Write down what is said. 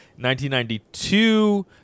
1992